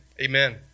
Amen